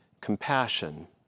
compassion